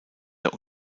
der